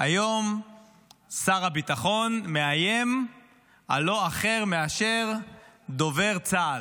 היום שר הביטחון מאיים על לא אחר מאשר דובר צה"ל,